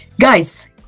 Guys